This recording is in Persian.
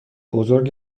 بزرگ